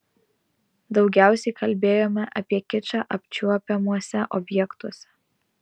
daugiausia kalbėjome apie kičą apčiuopiamuose objektuose